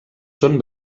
són